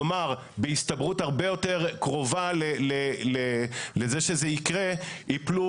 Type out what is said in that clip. כלומר בהסתברות הרבה יותר קרובה לזה שזה יקרה,